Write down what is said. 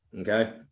Okay